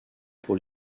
pour